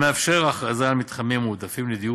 המאפשר הכרזה על מתחמים מועדפים לדיור